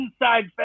inside